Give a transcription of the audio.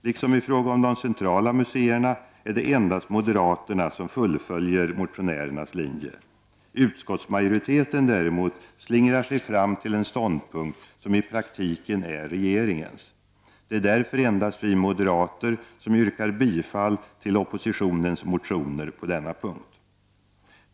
Liksom i fråga om de centrala museerna är det dock endast moderaterna som fullföljer motionärernas linje. Utskottsmajoriteten däremot slingrar sig fram till en ståndpunkt som i praktiken är densamma som regeringens. Det är därför endast vi moderater som yrkar bifall till oppositionens motioner på denna punkt.